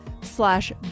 slash